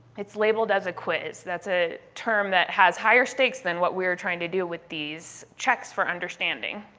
it's labeled as a quiz. that's a term that has higher stakes than what we're trying to do with these checks for understanding.